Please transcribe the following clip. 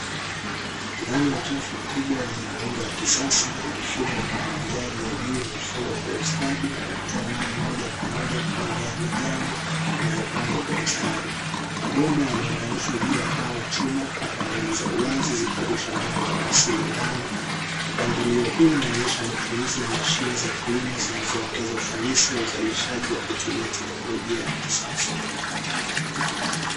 Ndani ya chafu kubwa yenye muundo wa kisasa, mfumo wa umwagiliaji wa juu umefungwa kwa ustadi ukitoa maji moja kwa moja kwa mimea ya majani yanayopangwa kwa mstari. mabomba yameunganishwa juu ya paa la chuma na paneli za uwazi zikirusha mwanga wa asili ndani. Mpangilio huu unaonyesha matumizi ya mashine za kilimo zinazoongeza ufanisi wa uzalishaji, wa kutumia teknolojia ya kisasa.